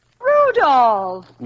Rudolph